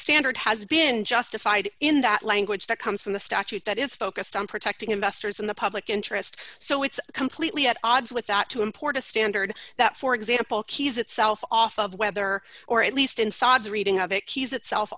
standard has been justified in that language that comes from the statute that is focused on protecting investors in the public interest so it's completely at odds with that to import a standard that for example keys itself off of whether or at least in sod's reading of a key is itself